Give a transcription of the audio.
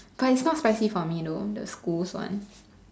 but it's not spicy for me though the school's one